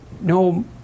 no